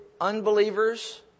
unbelievers